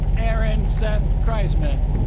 aaron seth kreizman